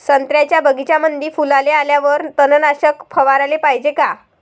संत्र्याच्या बगीच्यामंदी फुलाले आल्यावर तननाशक फवाराले पायजे का?